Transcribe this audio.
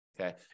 Okay